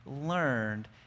learned